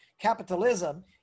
capitalism